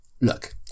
Look